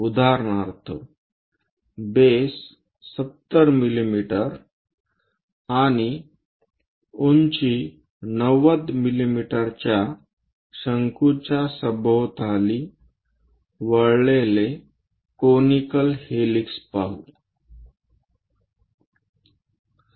उदाहरणार्थ बेस 70 मिमी आणि उंची 90 मिमीच्या शंकूच्या सभोवताली वळलेले कोनिकल हेलिक्स पाहू